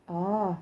oh